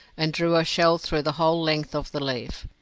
and drew a shell through the whole length of the leaf.